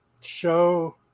show